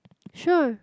sure